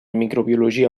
microbiologia